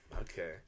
okay